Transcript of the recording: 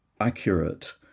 accurate